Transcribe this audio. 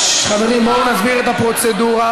חברים, בואו נסביר את הפרוצדורה.